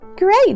Great